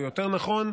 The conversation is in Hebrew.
או יותר נכון,